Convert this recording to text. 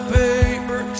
paper